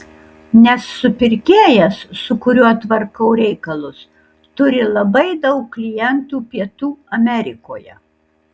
nes supirkėjas su kuriuo tvarkau reikalus turi labai daug klientų pietų amerikoje